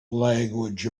language